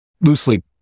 Loosely